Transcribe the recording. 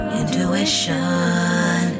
intuition